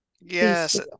Yes